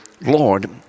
Lord